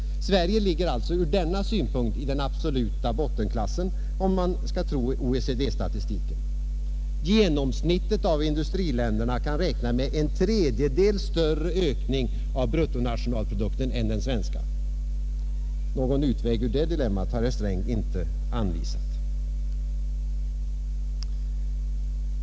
Sverige ligger alltså ur denna synpunkt i den absoluta bottenklassen, om man skall tro OECD-statistiken. Genomsnittet av industriländerna kan räkna med en ökning av bruttonationalprodukten som är en tredjedel större än den svenska. Någon utväg ur det dilemmat har herr Sträng inte anvisat.